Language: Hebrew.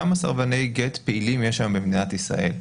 כמה סרבני גט פעילים יש היום במדינת ישראל.